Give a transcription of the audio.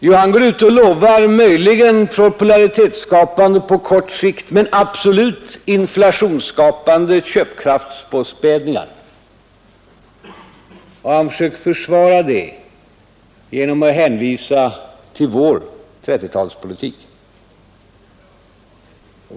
Jo, han går ut och lovar, möjligen på kort sikt popularitetsskapande men absolut inflationsskapande köpkraftspåspädningar. Han försöker försvara det genom att hänvisa till vår 1930-tals politik.